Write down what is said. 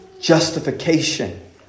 Justification